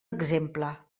exemple